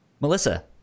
melissa